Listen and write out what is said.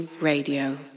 Radio